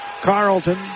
Carlton